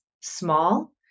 small